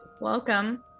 welcome